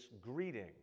greeting